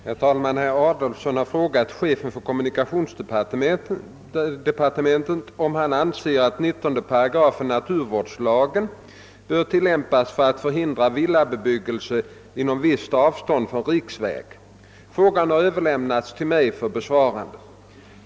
Herr talman! Herr Adolfsson har frågat chefen för kommunikationsdepartementet om han anser att 19 8 naturvårdslagen bör tillämpas för att förhindra villabebyggelse inom visst avstånd från riksväg. Frågan har överlämnats till mig för besvarande.